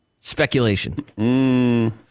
Speculation